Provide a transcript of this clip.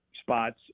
spots